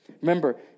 Remember